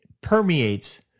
permeates